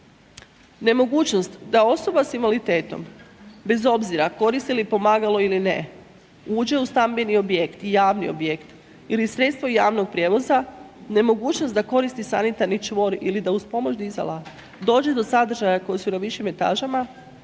Nemogućnost da osoba s invaliditetom, bez obzira koristi li pomagalo ili ne uđe u stambeni objekt i javni objekt ili sredstvo javnog prijevoza, nemogućnost da koristi sanitarni čvor ili da uz pomoć dizala dođe sadržaja koji su na višim etažama,